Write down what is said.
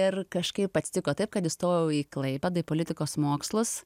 ir kažkaip atsitiko taip kad įstojau į klaipėdą politikos mokslus